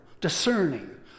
discerning